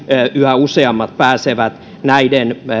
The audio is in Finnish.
yhä useammat pääsevät näiden